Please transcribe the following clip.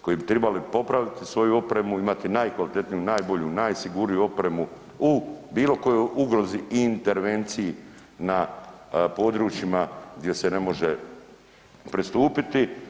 koji bi trebali popraviti svoju opremu, imati najkvalitetniju, najbolju, najsigurniju opremu u bilo kojoj ugrozi i intervenciji na područjima gdje se ne može pristupiti.